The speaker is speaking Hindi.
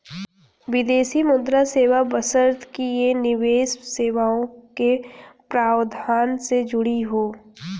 विदेशी मुद्रा सेवा बशर्ते कि ये निवेश सेवाओं के प्रावधान से जुड़ी हों